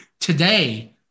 today